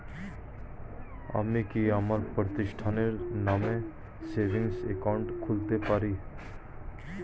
আমি কি আমার প্রতিষ্ঠানের নামে সেভিংস একাউন্ট খুলতে পারি?